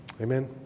Amen